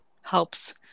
helps